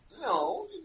No